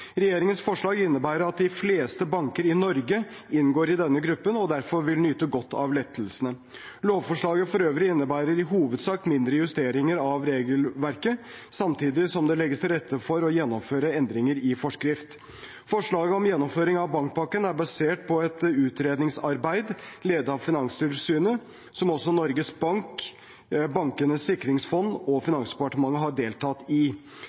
Regjeringens forslag innebærer at de fleste banker i Norge inngår i denne gruppen og derfor vil nyte godt av lettelsene. Lovforslaget for øvrig innebærer i hovedsak mindre justeringer av regelverket, samtidig som det legges til rette for å gjennomføre endringer i forskrift. Forslaget om gjennomføring av bankpakken er basert på et utredningsarbeid ledet av Finanstilsynet som også Norges Bank, Bankenes sikringsfond og Finansdepartementet har deltatt i. Mange høringsinstanser har understreket at norske regler på finansmarkedsområdet i